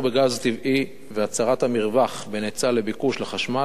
בגז טבעי והצרת המרווח בין היצע לביקוש לחשמל,